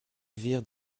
virent